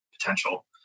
potential